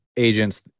agents